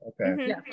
okay